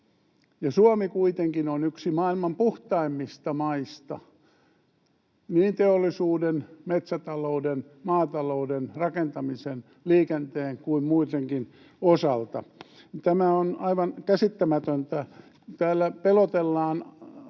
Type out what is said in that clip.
Suomi kuitenkin on yksi maailman puhtaimmista maista niin teollisuuden, metsätalouden, maatalouden, rakentamisen, liikenteen kuin muidenkin osalta. Tämä on aivan käsittämätöntä. Täällä pelotellaan